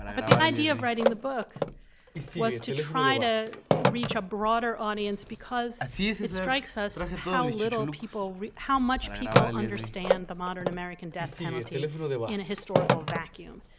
but the idea of writing the book was to try to reach a broader audience because it strikes us how little people how much people understand the modern american death penalty in a historical vacuum.